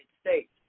States